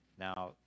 Now